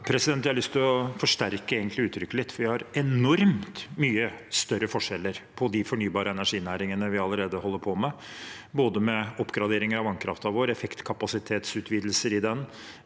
til å forsterke uttrykket litt, for vi har enormt mye større forskjeller innen de fornybare energinæringene vi allerede holder på med, både med oppgradering av vannkraften vår, effektkapasitetsutvidelser av den,